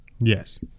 Yes